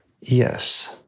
Yes